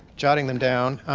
jotting them down,